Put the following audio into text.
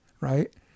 Right